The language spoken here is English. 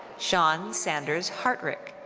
sean sanders hartrich.